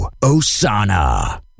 Osana